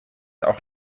auch